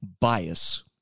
bias